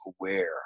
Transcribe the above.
aware